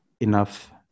enough